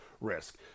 risk